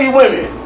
women